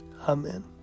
Amen